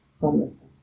homelessness